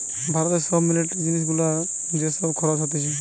ভারতে সব মিলিটারি জিনিস গুলার যে সব খরচ হতিছে